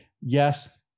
yes